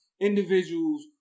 individuals